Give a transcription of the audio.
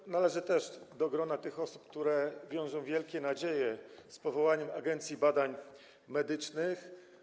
Też należę do grona osób, które wiążą wielkie nadzieje z powołaniem Agencji Badań Medycznych.